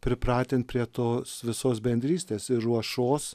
pripratint prie tos visos bendrystės ir ruošos